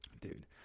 Dude